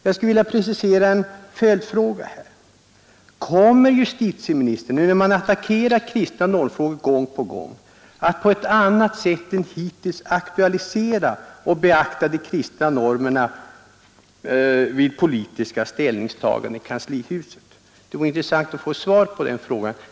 För att få justitieministerns uppfattning preciserad skulle jag vilja ställa en följdfråga: Kommer justitieministern, att på ett annat sätt än hittills aktualisera och beakta de kristna normerna vid politiska ställningstaganden i kanslihuset?